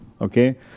Okay